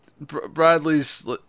Bradley's